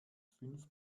fünf